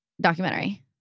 documentary